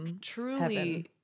truly